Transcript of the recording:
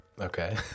Okay